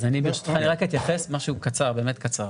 אז אני, ברשותך, רק אתייחס, משהו קצר, באמת קצר.